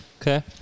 Okay